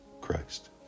Christ